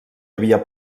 havia